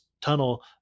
tunnel